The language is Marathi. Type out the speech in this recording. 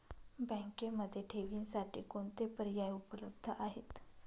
बँकेमध्ये ठेवींसाठी कोणते पर्याय उपलब्ध आहेत?